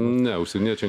ne užsieniečiai